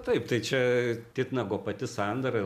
taip tai čia titnago pati sandara